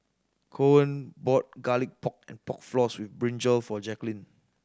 Coen bought Garlic Pork and Pork Floss with brinjal for Jaquelin